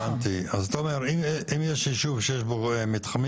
אז אתה אומר שאם יש יישוב שיש בו מתחמים,